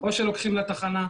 או שלוקחים לתחנה,